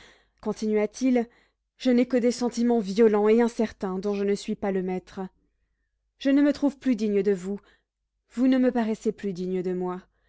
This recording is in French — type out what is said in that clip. continua-t-il je n'ai que des sentiments violents et incertains dont je ne suis pas le maître je ne me trouve plus digne de vous vous ne me paraissez plus digne de moi